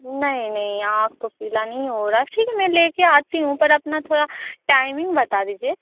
नहीं नहीं आँख तो पीली नहीं हो रही ठीक है मैं लेकर आती हूँ पर अपना थोड़ा टाइमिंग बता दीजिए